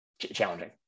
challenging